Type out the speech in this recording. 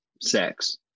sex